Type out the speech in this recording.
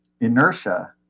inertia